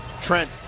Trent